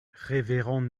révérende